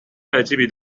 عجیبی